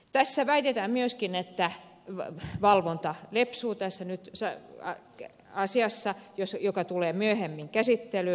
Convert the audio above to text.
tässä väitetään myöskin että valvonta lepsuu nyt tässä asiassa joka tulee myöhemmin käsittelyyn